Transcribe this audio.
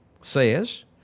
says